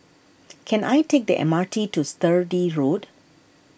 can I take the M R T to Sturdee Road